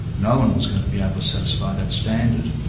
no one was going to be able to satisfy that standard.